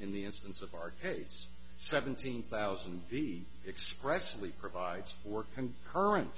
in the instance of arcades seventeen thousand expressively provides work and current